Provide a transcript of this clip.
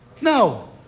No